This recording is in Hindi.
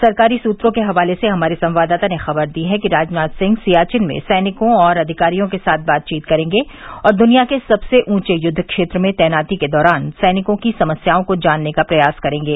सरकारी सूत्रों के हवाले से हमारे संवाददाता ने ख़बर दी है कि राजनाथ सिंह सियाचिन में सैनिकों और अधिकारियों के साथ बातचीत करेंगे और दूनिया के सबसे ऊंचे युद्व क्षेत्र में तैनाती के दौरान सैनिकों की समस्याओं को जानने का प्रयास करेंगे